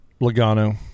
Logano